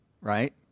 right